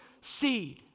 seed